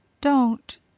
Don't